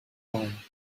home